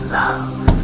love